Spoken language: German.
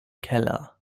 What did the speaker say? keller